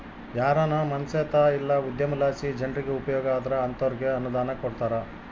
ಯಾರಾನ ಮನ್ಸೇತ ಇಲ್ಲ ಉದ್ಯಮಲಾಸಿ ಜನ್ರಿಗೆ ಉಪಯೋಗ ಆದ್ರ ಅಂತೋರ್ಗೆ ಅನುದಾನ ಕೊಡ್ತಾರ